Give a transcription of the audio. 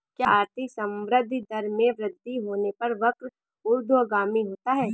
क्या आर्थिक संवृद्धि दर में वृद्धि होने पर वक्र ऊर्ध्वगामी होता है?